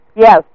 Yes